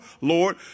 Lord